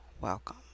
welcome